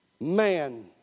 Man